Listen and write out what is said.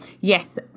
yes